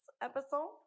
episode